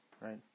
right